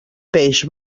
peix